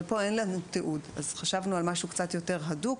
אבל פה אין לנו תיעוד אז חשבנו על משהו קצת יותר הדוק,